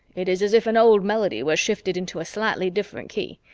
it is as if an old melody were shifted into a slightly different key.